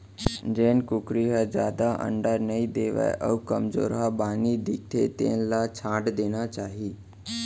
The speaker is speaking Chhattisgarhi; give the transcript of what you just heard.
जेन कुकरी ह जादा अंडा नइ देवय अउ कमजोरहा बानी दिखथे तेन ल छांट देना चाही